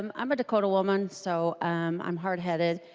um um dakota woman so um i'm hardheaded.